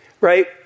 right